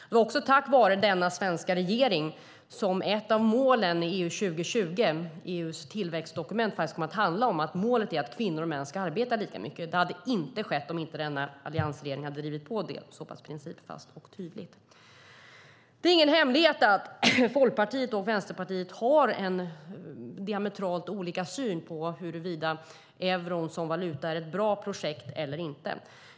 Det var tack vare den svenska regeringen som ett av målen i EU 2020, EU:s tillväxtdokument, faktiskt kom att handla om att kvinnor och män ska arbeta lika mycket. Det hade inte skett om inte alliansregeringen hade drivit på det så pass principfast och tydligt. Det är ingen hemlighet att Folkpartiet och Vänsterpartiet har diametralt olika syn på huruvida euron som valuta är ett bra projekt eller inte.